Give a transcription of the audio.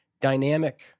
dynamic